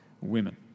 women